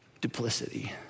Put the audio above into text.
duplicity